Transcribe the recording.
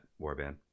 Warband